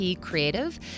Creative